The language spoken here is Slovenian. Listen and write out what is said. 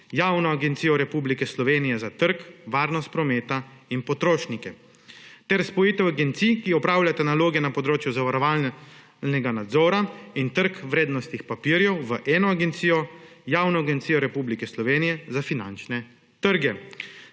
Javno agencijo Republike Slovenije za trg, varnost prometa in potrošnike, ter spojitev agencij, ki opravljata naloge na področju zavarovalnega nadzora in trga vrednostnih papirjev v eno agencijo, Javno agencijo Republike Slovenije za finančne trge.